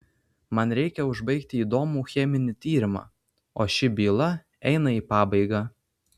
man reikia užbaigti įdomų cheminį tyrimą o ši byla eina į pabaigą